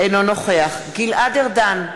אינו נוכח גלעד ארדן,